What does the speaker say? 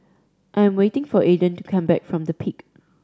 I am waiting for Aiden to come back from The Peak